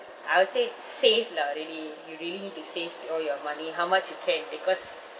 I would say save lah really you really need to save all your money how much you can because